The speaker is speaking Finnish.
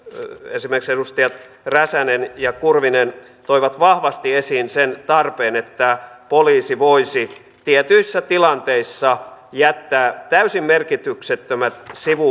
esimerkiksi edustajat räsänen ja kurvinen toivat vahvasti esiin sen tarpeen että poliisi voisi tietyissä tilanteissa jättää täysin merkityksettömät